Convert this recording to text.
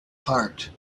heart